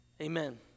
Amen